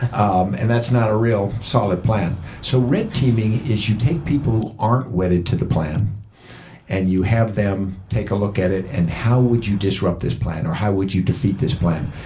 um and that's not a real solid plan. so red teaming is, you take people who aren't wedded to the plan and you have them take a look at it, and how would you disrupt this plan or how would you defeat this plan?